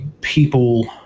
people